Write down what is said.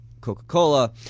Coca-Cola